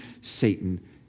Satan